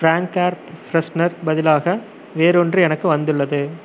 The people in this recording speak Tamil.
ஃபிரான்க் ஏர் ஃபிரஷனருக்குப் பதிலாக வேறொன்று எனக்கு வந்துள்ளது